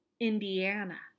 Indiana